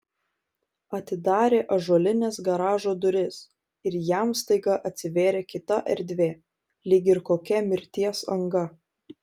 atidarė ąžuolines garažo duris ir jam staiga atsivėrė kita erdvė lyg ir kokia mirties anga